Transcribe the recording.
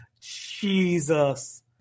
Jesus